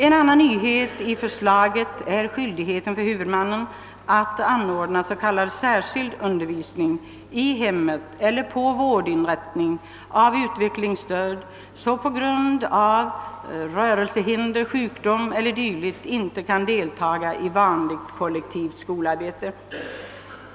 En annan nyhet i förslaget är skyldigheten för huvudmännen att anordna s.k. särskild undervisning i hem eller på vårdinrättning för utvecklingsstörda, som på grund av rörelsehinder, sjukdom eller dylikt inte kan delta i vanligt kollektivt skolarbete.